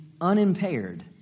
unimpaired